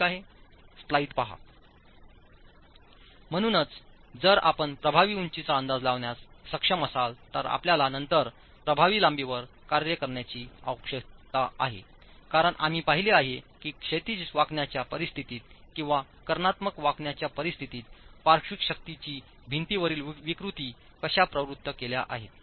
ठीक आहे म्हणूनच जर आपण प्रभावी उंचीचा अंदाज लावण्यास सक्षम असाल तर आपल्याला नंतर प्रभावी लांबीवर कार्य करण्याची आवश्यकता आहे कारण आम्ही पाहिले आहे की क्षैतिज वाकण्याच्या परिस्थितीत किंवा कर्णात्मक वाकण्याच्या परिस्थितीत पार्श्विक शक्तीची भिंतीवरील विकृती कशा प्रवृत्त केल्या आहेत